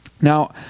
Now